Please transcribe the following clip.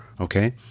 Okay